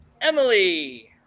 emily